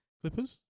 Clippers